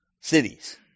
cities